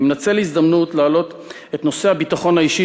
אני מנצל הזדמנות להעלות את נושא הביטחון האישי,